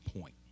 point